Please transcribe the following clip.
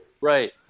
Right